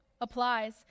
applies